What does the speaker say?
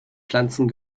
pflanzen